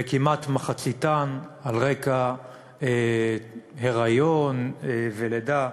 וכמעט מחציתן על רקע היריון ולידה.